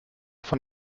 von